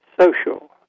Social